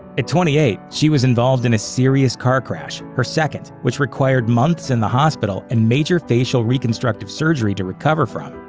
at twenty eight, she was involved in a serious car crash, her second, which required months in the hospital and major facial reconstructive surgery to recover from,